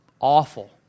awful